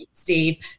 Steve